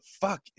fuck